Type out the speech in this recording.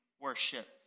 worship